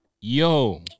Yo